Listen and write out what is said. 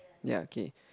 ya okay